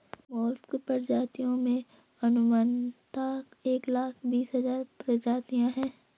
mollusc की प्रजातियों में अनुमानतः एक लाख बीस हज़ार प्रजातियां है